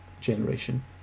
generation